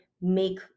make